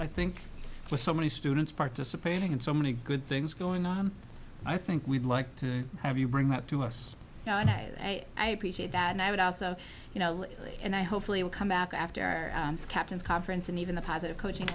i think with so many students participating and so many good things going on i think we'd like to have you bring up to us now and i appreciate that and i would also you know and i hopefully will come back after our captains conference and even the positive coaching